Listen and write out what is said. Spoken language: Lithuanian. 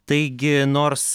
taigi nors